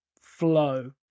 flow